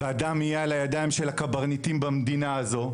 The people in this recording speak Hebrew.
והדם יהיה על הידיים של הקברניטים במדינה הזו,